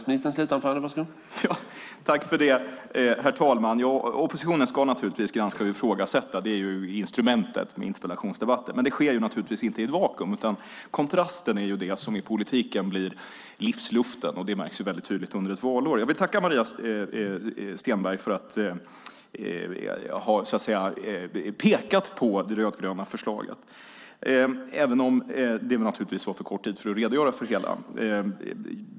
Herr talman! Oppositionen ska naturligtvis granska och ifrågasätta. Interpellationsdebatterna är ju instrumentet för det. Men det sker inte i ett vakuum. Kontrasten är det som i politiken blir livsluften. Det märks tydligt under ett valår. Jag vill tacka Maria Stenberg för att hon har pekat på det rödgröna förslaget, även om det är för kort tid för att helt redogöra för det.